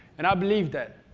and i believe that.